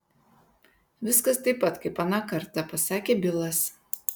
viskas taip pat kaip aną kartą pasakė bilas